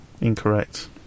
Incorrect